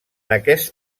aquest